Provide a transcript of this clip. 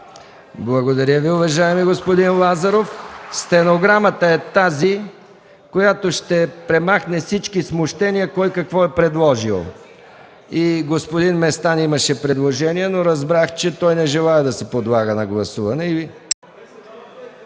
Благодаря Ви, уважаеми господин Лазаров. Стенограмата ще премахне всички смущения кой какво е предложил. И господин Местан имаше предложение, но разбрах, че той не желае да го подлагам на гласуване.